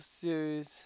series